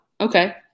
okay